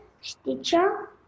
Stitcher